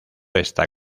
está